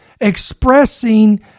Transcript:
expressing